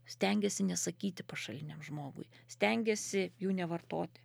stengiasi nesakyti pašaliniam žmogui stengiasi jų nevartoti